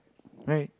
right